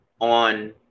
on